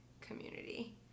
community